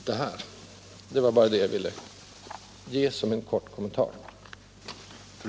Det var till slut detta jag ville markera genom denna korta kommentar.